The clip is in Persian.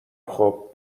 خوب